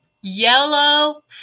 Yellow